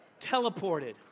teleported